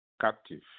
captive